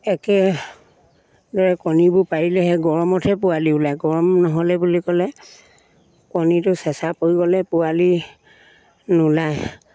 একেদৰে কণীবোৰ পাৰিলেহে গৰমতহে পোৱালি ওলায় গৰম নহ'লে বুলি ক'লে কণীটো চেঁচা পৰি গ'লে পোৱালি নোলায়